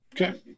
Okay